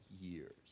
years